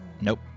Nope